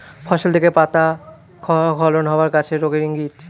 ফসল থেকে পাতা স্খলন হওয়া গাছের রোগের ইংগিত